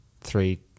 three